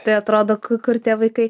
tai atrodo kur tie vaikai